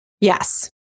Yes